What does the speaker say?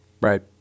Right